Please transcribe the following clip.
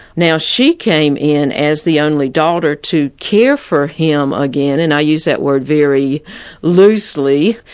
now she came in as the only daughter, to care for him again, and i use that word very loosely.